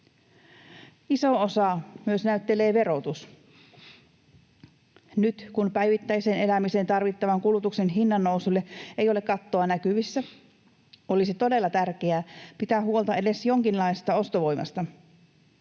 Isoa osaa näyttelee myös verotus. Nyt kun päivittäiseen elämiseen tarvittavan kulutuksen hinnannousulle ei ole kattoa näkyvissä, olisi todella tärkeää pitää huolta edes jonkinlaisesta ostovoimasta.